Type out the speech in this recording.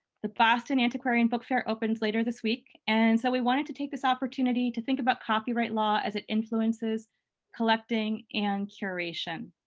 the boston antiquarian book fair opens later this week, and so we wanted to take this opportunity to think about copyright law as it influences collecting and curation.